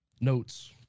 Notes